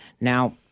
Now